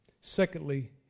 Secondly